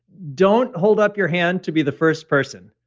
don't hold up your hand to be the first person.